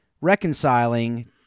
reconciling